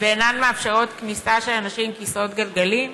ואינן מאפשרות כניסה של אנשים עם כיסאות גלגלים.